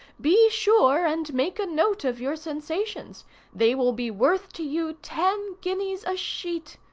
be sure and make a note of your sensations they will be worth to you ten guineas a sheet.